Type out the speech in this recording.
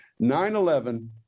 9-11